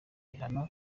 bihano